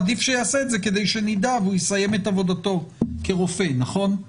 עדיף שיעשה את זה כדי שנדע והוא יסיים את העבודה כרופא נכון?